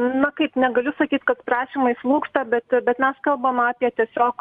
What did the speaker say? na kaip negaliu sakyt kad prašymai slūgsta bet bet mes kalbam apie tiesiog